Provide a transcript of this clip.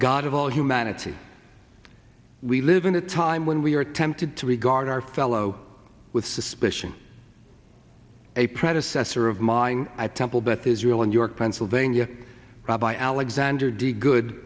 god of all humanity we live in a time when we are tempted to regard our fellow with suspicion a predecessor of mine i temple beth israel in york pennsylvania rabbi alexander de good